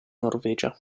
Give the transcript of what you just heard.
norvegia